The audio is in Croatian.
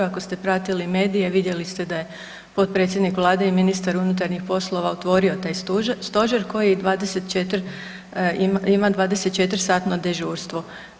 Ako ste pratili medije, vidjeli ste da je potpredsjednik Vlade i ministar unutarnjih poslova otvorio taj Stožer koji 24, ima 24-satno dežurstvo.